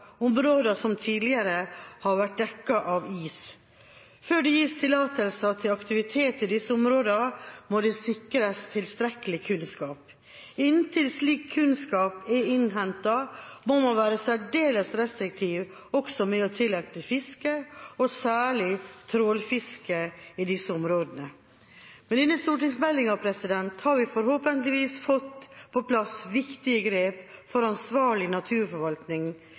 områder som tidligere har vært dekket av is. Før det gis tillatelser til aktivitet i disse områdene, må det sikres tilstrekkelig kunnskap. Inntil slik kunnskap er innhentet, må man være særdeles restriktive også med å tillate fiske, og særlig trålfiske, i disse områdene. Med denne stortingsmeldinga har vi forhåpentligvis fått på plass viktige grep for ansvarlig naturforvaltning